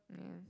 yeah